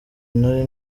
nari